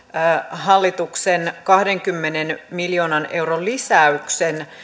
hallituksen kahdenkymmenen miljoonan euron lisäyksen